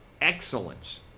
Excellence